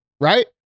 right